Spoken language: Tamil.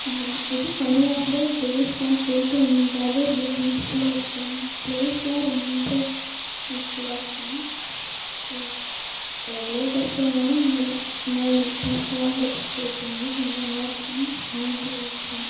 நான் எதுவும் பண்ணலனா கூட ப்ளேஸ்க்குலாம் போயிட்டு வந்தாலே ரொம்ப பீஸ்ஃபுல்லாக இருக்கும் ப்ளேஸ்லாம் ரொம்ப பீஸ்ஃபுல்லாக இருக்கும் தோ எவ்வளோ கஷ்டம் வந்தாலும் நாங்கெல்லாம் இந்தமாதிரி பீஸ்ஃபுல்லான இடத்துக்கு போயிட்டு வந்தால் கொஞ்சம் நல்லாயிருக்கும் மைண்ட் ரிலாக்ஸாக